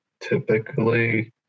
typically